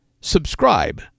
subscribe